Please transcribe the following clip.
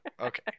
Okay